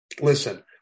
listen